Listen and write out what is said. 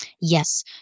Yes